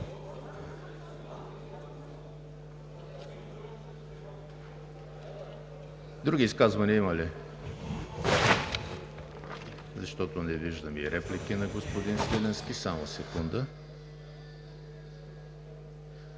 Други изказвания има ли? Защото не виждам и реплики на господин Свиленски. Ще подложа